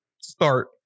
start